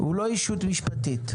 הוא לא ישות משפטית.